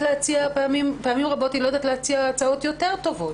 פעמים רבות היא לא יודעת להציע הצעות טובות יותר,